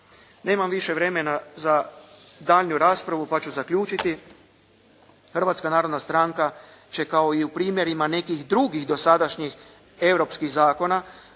Nemam više vremena za daljnju raspravu pa ću zaključiti. Hrvatska narodna stranka će kao i u primjerima nekih drugih dosadašnjih europskih zakona